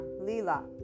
Lila